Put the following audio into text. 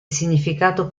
significato